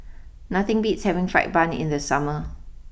nothing beats having Fried Bun in the summer